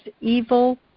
evil